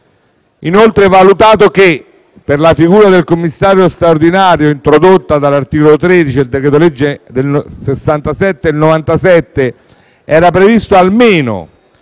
altresì valutare che, per la figura del commissario straordinario, introdotta dall'articolo 13 del decreto-legge n. 67 del 1997, era previsto almeno